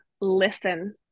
listen